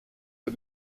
für